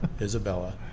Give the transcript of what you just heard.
Isabella